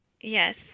Yes